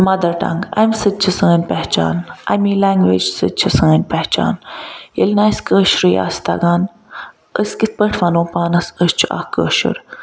mother tongue امہ سۭتۍ چھِ سٲنۍ پہچان امہ لینٛگویج سۭتۍ چھِ سٲنۍ پہچان ییٚلہِ نہٕ اَسہِ کٲشرُے آسہِ تَگان أسۍ کِتھ پٲٹھۍ وَنو پانَس أسۍ چھ اکھ کٲشر